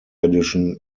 edition